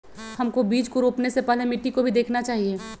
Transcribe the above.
हमको बीज को रोपने से पहले मिट्टी को भी देखना चाहिए?